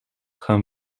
gaan